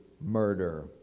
murder